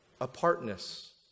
apartness